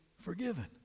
forgiven